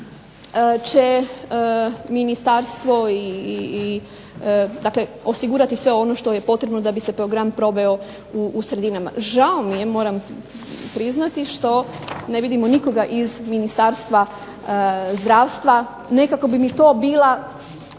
će ministarstvo dakle osigurati sve ono što je potrebno da bi se program proveo u sredinama. Žao mi je moram priznati što ne vidimo nikoga iz Ministarstva zdravstva. Nekako bi mi to bila